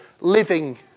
living